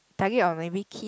target or maybe kid